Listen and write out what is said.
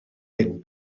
hyn